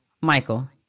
Michael